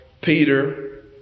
Peter